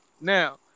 Now